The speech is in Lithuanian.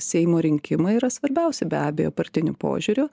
seimo rinkimai yra svarbiausi be abejo partiniu požiūriu